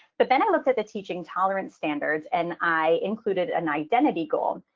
but then i looked at the teaching tolerance standards and i included an identity goal.